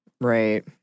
Right